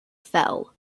fell